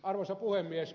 arvoisa puhemies